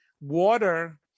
water